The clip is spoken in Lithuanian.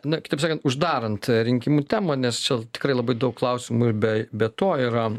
na kitaip sakant uždarant rinkimų temą nes čia tikrai labai daug klausimų ir bei be to yra